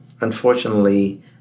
Unfortunately